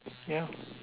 yeah